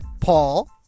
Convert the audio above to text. Paul